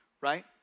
right